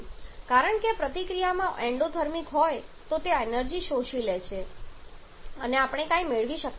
કારણ કે પ્રતિક્રિયામાં એન્ડોથર્મિક હોય છે તો તે એનર્જી શોષી લે છે અને આપણે કંઈ મેળવી શકતા નથી